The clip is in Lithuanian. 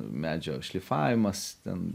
medžio šlifavimas ten